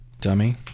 Dummy